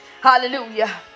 Hallelujah